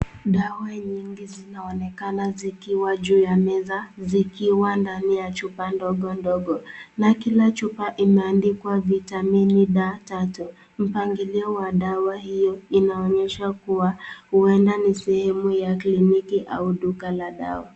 Dawa nyingi zinaonekana zikiwa juu ya meza zikiwa ndani ya chupa ndogo ndogo, na kila chupa imeandikwa Vitamini D tatu, mpangilio wa dawa hiyo inaonyesha kuwa huenda ni sehemu ya kliniki au duka la dawa.